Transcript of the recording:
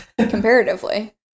comparatively